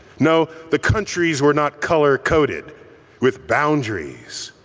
no, the countries were not color coded with boundaries.